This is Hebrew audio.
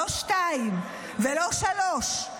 לא שתיים ולא שלוש,